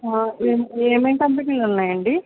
ఏమేం కంపెనీలు ఉన్నాయి అండి